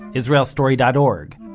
israelstory dot org,